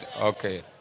Okay